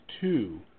two